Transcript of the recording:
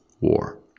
War